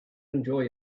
enjoy